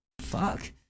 Fuck